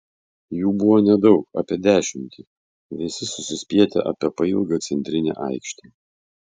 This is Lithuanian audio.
jų buvo nedaug apie dešimtį visi susispietę apie pailgą centrinę aikštę